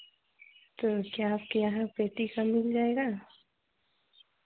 तो क्या आपके यहाँ पेटी का मिल जाएगा